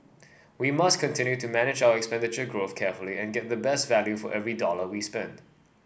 we must continue to manage our expenditure growth carefully and get the best value for every dollar we spend